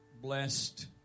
blessed